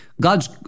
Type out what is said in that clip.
God's